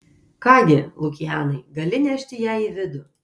ką gi lukianai gali nešti ją į vidų